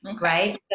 Right